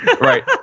right